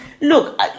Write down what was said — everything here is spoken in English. look